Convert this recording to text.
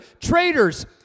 traitors